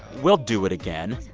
we'll do it again.